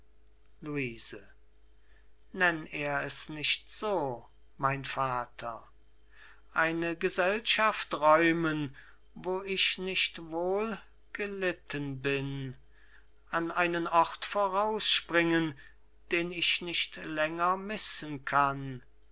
luise nenn er es nicht so mein vater eine gesellschaft räumen wo ich nicht wohl gelitten bin an einen ort vorausspringen den ich nicht länger missen kann ist